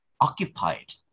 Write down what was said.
occupied